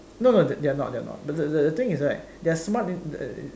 no no they're not they're not but the the thing is right they're smart